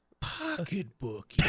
pocketbook